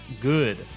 good